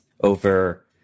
over